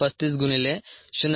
35 गुणिले 0